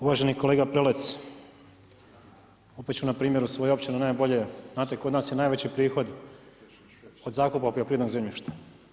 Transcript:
Uvaženi kolega Prelec, opet ću na primjeru svoje općine, najbolje, znate kod nas je najveći prihod od zakupa poljoprivrednog zemljišta.